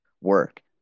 work